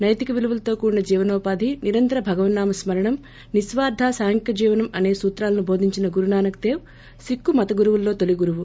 నెతిక విలువలతో కూడిన జీవనోపాధి నిరంతర భగవన్నామ స్మరణం నిస్వార్ధ సాంఘిక జీవనం అసే సూత్రాలను బోధించిన గురునానక్ దేవ్ పోసిక్కు మత గురువులలో తొలిగురువు